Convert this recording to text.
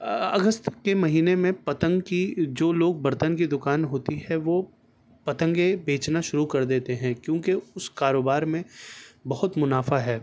اگست کے مہینے میں پتنگ کی جو لوگ برتن کی دکان ہوتی ہے وہ پتنگیں بیچنا شروع کر دیتے ہیں کیونکہ اس کاروبار میں بہت منافع ہے